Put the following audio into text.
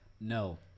No